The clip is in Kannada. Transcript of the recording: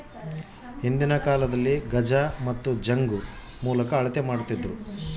ಹಿಂದಿನ ಕಾಲದಲ್ಲಿ ಗಜ ಮತ್ತು ಜಂಗು ಮೂಲಕ ಅಳತೆ ಮಾಡ್ತಿದ್ದರು